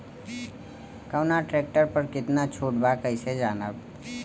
कवना ट्रेक्टर पर कितना छूट बा कैसे जानब?